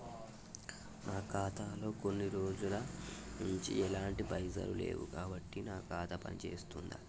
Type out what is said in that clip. నా ఖాతా లో కొన్ని రోజుల నుంచి ఎలాంటి పైసలు లేవు కాబట్టి నా ఖాతా పని చేస్తుందా?